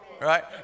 Right